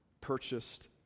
purchased